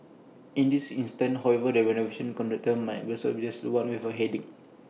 in this instance however the renovation contractor might just be The One with A headache